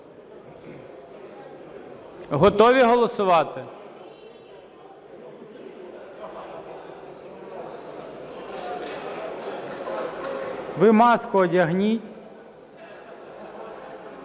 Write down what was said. Готові голосувати? Ви маску одягніть.